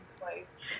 place